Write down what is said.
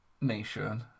nation